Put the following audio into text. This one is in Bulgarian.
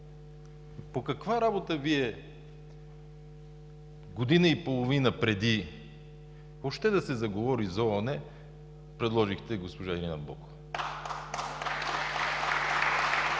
По каква работа Вие година и половина преди въобще да се заговори за ООН, предложихте госпожа Ирина Бокова?